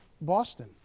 Boston